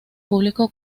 público